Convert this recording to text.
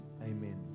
amen